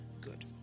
Good